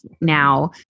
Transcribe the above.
now